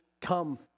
come